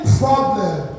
problem